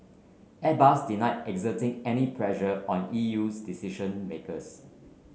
Airbus denied exerting any pressure on E U decision makers